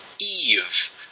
Eve